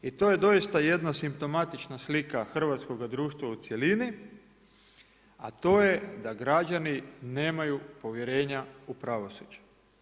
I to je doista jedna simptomatična slika hrvatskoga društva u cjelini a to je da građani nemaju povjerenja u pravosuđe.